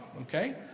okay